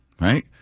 right